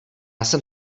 jsem